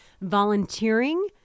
volunteering